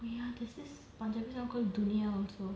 ya there's this punjabi song called thuniya also